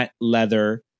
leather